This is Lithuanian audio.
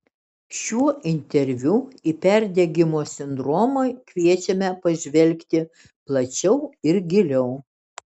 šiuo interviu į perdegimo sindromą kviečiame pažvelgti plačiau ir giliau